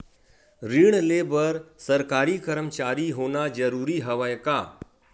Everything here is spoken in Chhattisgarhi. ऋण ले बर सरकारी कर्मचारी होना जरूरी हवय का?